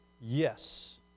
yes